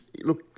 look